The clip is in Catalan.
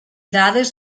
dades